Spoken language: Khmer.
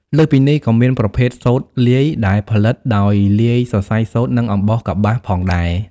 លើសពីនេះ ក៏មានប្រភេទ សូត្រលាយ ដែលផលិតដោយលាយសរសៃសូត្រនិងអំបោះកប្បាសផងដែរ។